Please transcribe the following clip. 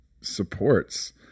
supports